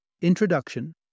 Introduction